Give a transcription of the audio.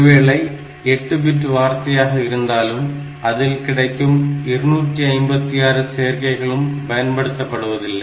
ஒருவேளை 8 பிட் வார்த்தையாக இருந்தாலும் அதில் கிடைக்கும் 256 சேர்க்கைகளும் பயன்படுத்தப்படுவதில்லை